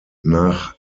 nach